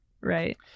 Right